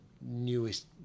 newest